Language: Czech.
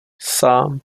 sám